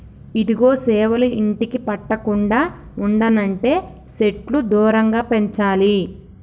ఇదిగో సేవలు ఇంటికి పట్టకుండా ఉండనంటే సెట్లు దూరంగా పెంచాలి